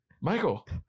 Michael